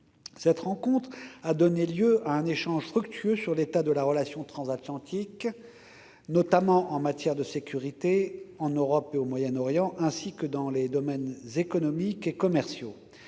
Cette rencontre a donné lieu à un échange fructueux sur l'état de la relation transatlantique, notamment en matière de sécurité, en Europe et au Moyen-Orient, ainsi que dans les domaines économiques et commerciaux.